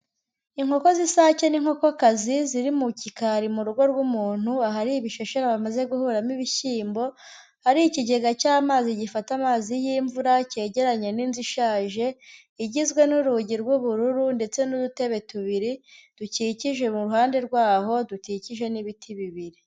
Inkoko z'isake n'inkokokazi, ziri mu gikari mu rugo rw'umuntu, ahari ibishashara bamaze guhuramo ibishyimbo, hari ikigega cy'amazi gifata amazi y'imvura cyegeranye n'inzu ishaje, igizwe n'urugi rw'ubururu ndetse n'udutebe tubiri dukikije mu ruhande rwaho, dukikije n'ibiti bibiri.